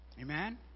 Amen